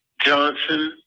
Johnson